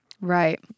Right